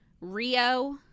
Rio